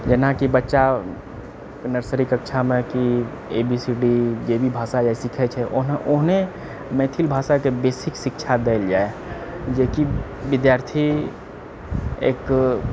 जेनाकि बच्चा नर्सरी कक्षामे कि ए बी सी डी जेभी भाषा सीखए छै ओना ओहने मैथिल भाषाके बेसिक शिक्षा देल जाए जेकि विद्यार्थी एक